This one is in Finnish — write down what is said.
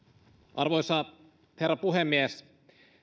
arvoisa herra puhemies